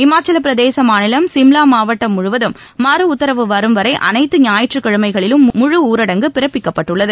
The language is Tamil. இமாச்சலப்பிரதேச மாநிலம் சிம்லா மாவட்டம் முழுவதம் மறு உத்தரவு வரும் வரை அனைத்து ஞாயிற்று கிழமைகளிலும் முழு ஊரடங்கு பிறப்பிக்கப்பட்டுள்ளது